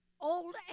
old